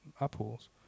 Apple's